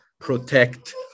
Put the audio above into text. protect